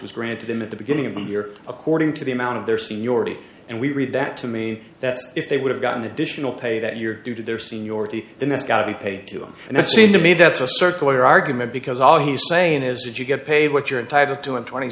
was granted him at the beginning of the year according to the amount of their seniority and we read that to mean that if they would have gotten additional pay that year due to their seniority then that's got to be paid to them and it seemed to me that's a circular argument because all he's saying is if you get paid what you're entitled